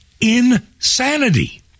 Insanity